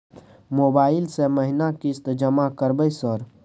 Mobile से महीना किस्त जमा करबै सर?